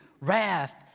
wrath